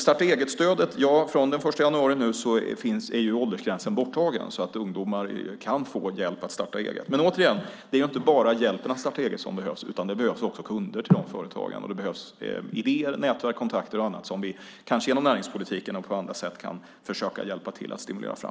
Beträffande starta-eget-stöd togs åldersgränsen bort den 1 januari i år, så ungdomar kan få hjälp med att starta eget. Men återigen: Det är inte bara hjälp med att starta eget som behövs, utan det behövs också kunder till de företagen. Det behövs även bland annat idéer, nätverk och kontakter som vi kanske genom näringspolitiken och på andra sätt kan försöka hjälpa till med att stimulera fram.